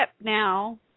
now